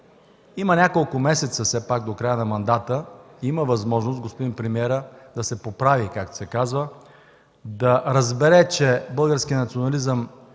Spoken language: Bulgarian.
само няколко месеца до края на мандата, има възможност господин премиерът да се поправи, както се казва, да разбере, че българският национализъм